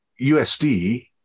USD